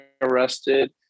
arrested